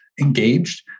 engaged